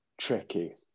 tricky